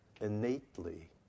innately